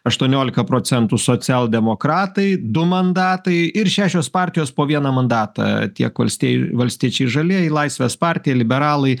aštuoniolika procentų socialdemokratai du mandatai ir šešios partijos po vieną mandatą tiek valstie valstiečiai žalieji laisvės partija liberalai